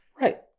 Right